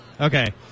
Okay